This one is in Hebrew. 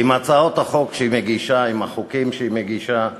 עם הצעות החוק שהיא מגישה, עם החוקים שהיא מגישה,